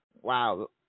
Wow